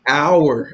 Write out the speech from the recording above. hour